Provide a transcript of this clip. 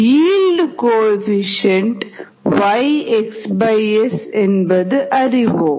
இல்டு coefficient Yxs அறிவோம்